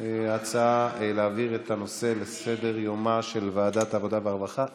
ההצעה להעביר את הנושא לסדר-יומה של ועדת העבודה והרווחה התקבלה.